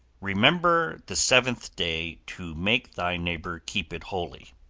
remember the seventh day to make thy neighbor keep it wholly.